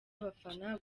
abafana